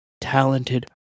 talented